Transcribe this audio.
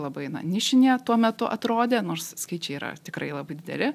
labai nišinė tuo metu atrodė nors skaičiai yra tikrai labai dideli